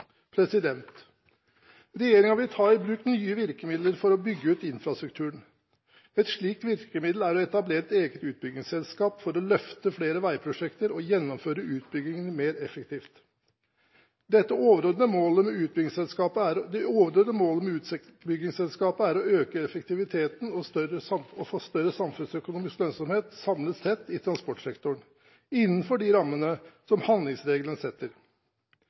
vil ta i bruk nye virkemidler for å bygge ut infrastrukturen. Et slikt virkemiddel er å etablere et eget utbyggingsselskap for å løfte flere veiprosjekter og gjennomføre utbyggingen mer effektivt. Det overordnede målet med utbyggingsselskapet er å øke effektiviteten og få større samfunnsøkonomisk lønnsomhet samlet sett i transportsektoren innenfor de rammene som handlingsregelen setter.